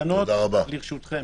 המסקנות לרשותכם.